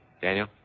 Daniel